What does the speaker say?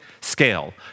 scale